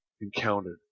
encountered